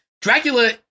Dracula